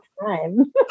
time